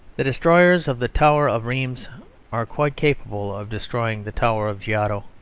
the destroyers of the tower of rheims are quite capable of destroying the tower of giotto.